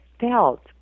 felt